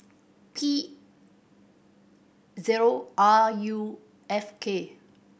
P zero R U F K